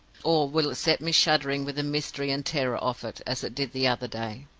or will it set me shuddering with the mystery and terror of it, as it did the other day?